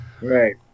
Right